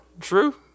True